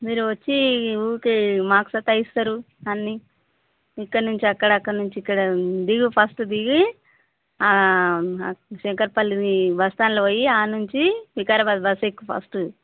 మీరు వచ్చి ఊరికే మాకు సతాయిస్తారు అన్నీ ఇక్కడ నుంచి అక్కడ అక్కడ నుంచి ఇక్కడ దిగు ఫస్ట్ దిగి ఆ శంకరపల్లిది బస్ స్టాండ్లోకి పోయి అక్కడ నుంచి వికారాబాద్ బస్ ఎక్కు ఫస్టు